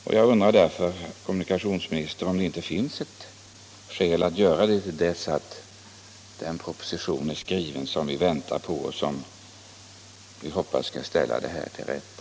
Vore det inte skäl, herr kommunikationsminister, att lämna sådan information till dess den proposition är skriven, som vi väntar på och som vi hoppas skall ställa allt till rätta?